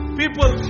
people